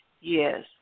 yes